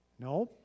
No